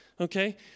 okay